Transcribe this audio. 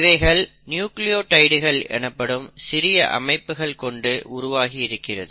இவைகள் நியூக்ளியோடைடுகள் எனப்படும் சிறிய அமைப்புகள் கொண்டு உருவாகி இருக்கிறது